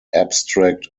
abstract